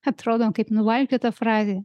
atrodo kaip nuvalkiota frazė